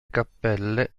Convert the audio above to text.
cappelle